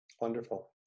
Wonderful